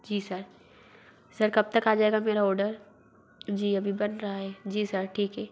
जी sir sir कब तक आ जाएगा मेरा ओडर जी अभी बन रहा है जी सर ठीक है